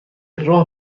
راه